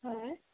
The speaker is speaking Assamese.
হয়